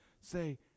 say